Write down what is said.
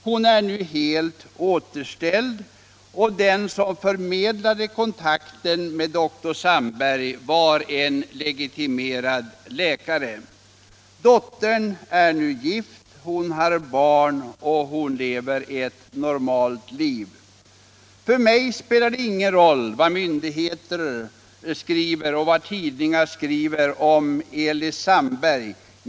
Hon är nu helt återställd. Den som förmedlade kontakten med dr Sandberg var en legitimerad läkare. Dottern är nu gift, har barn och lever ett normalt liv. För mig spelar det ingen roll vad myndigheter och tidningar skriver om Elis Sandberg.